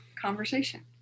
conversation